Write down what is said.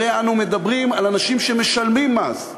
הרי אנו מדברים על אנשים שמשלמים מס,